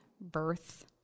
birth